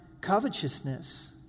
covetousness